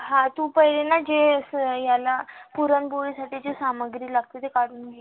हां तू पहिले ना जे स याला पुरणपोळीसाठीची सामग्री लागते ते काढून घे